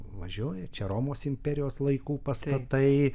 važiuoji čia romos imperijos laikų pastatai